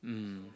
mmhmm